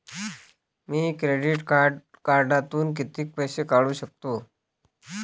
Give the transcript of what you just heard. मी credit कार्डातून किती पैसे काढू शकतो?